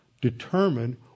determine